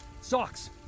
socks